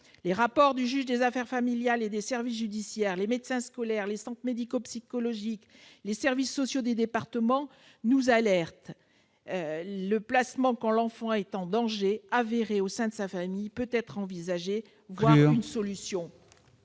Les rapports des juges des affaires familiales et des services judiciaires, les médecins scolaires, les centres médico-psychopédagogiques, les services sociaux des départements nous alertent. Le placement, quand l'enfant est en situation de danger avéré au sein de sa famille, peut être envisagé, voire doit être une solution.